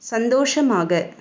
சந்தோஷமாக